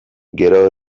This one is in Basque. gero